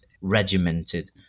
regimented